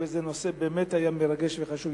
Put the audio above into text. וזה נושא באמת מרגש וחשוב.